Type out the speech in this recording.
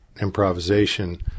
improvisation